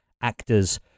actors